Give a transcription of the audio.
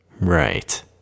Right